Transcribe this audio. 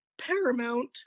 paramount